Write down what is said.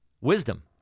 wisdom